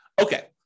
Okay